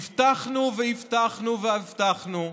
הבטחנו, הבטחנו והבטחנו,